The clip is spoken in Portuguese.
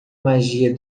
magia